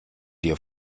dir